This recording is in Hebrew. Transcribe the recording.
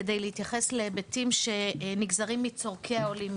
כדי להתייחס להיבטים שנגזרים מצורכי העולים,